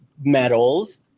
medals